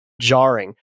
jarring